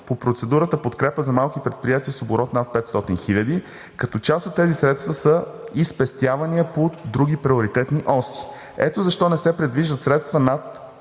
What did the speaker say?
по процедурата подкрепа на малки предприятия с оборот над 500 хиляди, като част от тези средства са и спестявания по други приоритетни оси. Ето защо не се предвиждат средства над